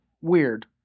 weird